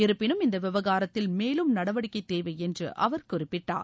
இருப்பினும் இந்த விவகாரத்தில் மேலும் நடவடிக்கை தேவை என்று அவர் குறிப்பிட்டார்